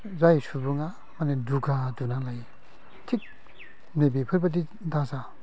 जाय सुबुङा माने दुगा दुना लायो थिक नै बेफोरबायदि दाजा